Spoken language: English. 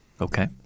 Okay